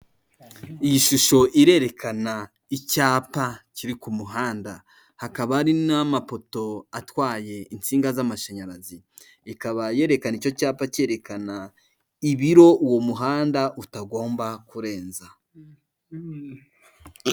Iyi shusho irerekana icyapa kiri ku muhanda hakaba ari n'amapoto atwaye insinga z'amashanyarazi, ikaba yerekana icyo cyapa cyerekana ibiro uwo muhanda utagomba kurenza.